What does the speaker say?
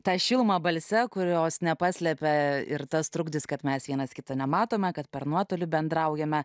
tą šilumą balse kurios nepaslepia ir tas trukdęs kad mes vienas kito nematome kad per nuotolį bendraujame